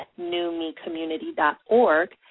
newmecommunity.org